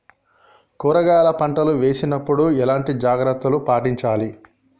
కూరగాయల పంట వేసినప్పుడు ఎలాంటి జాగ్రత్తలు పాటించాలి?